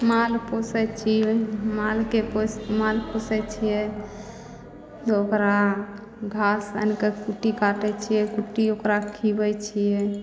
माल पोसै छिए मालके पोसि माल पोसै छिए ओकरा घास आनिके कुट्टी काटै छिए कुट्टी ओकरा खुआबै छिए